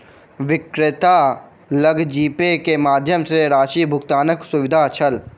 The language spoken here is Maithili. विक्रेता लग जीपे के माध्यम सॅ राशि भुगतानक सुविधा छल